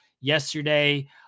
yesterday